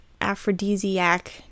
aphrodisiac